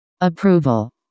approval